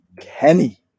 Kenny